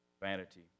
vanity